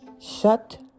shut